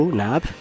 nab